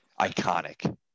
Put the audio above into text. iconic